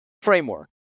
framework